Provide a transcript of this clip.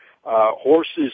horses